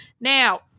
Now